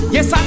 Yes